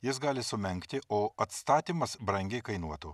jis gali sumenkti o atstatymas brangiai kainuotų